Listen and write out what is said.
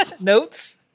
Notes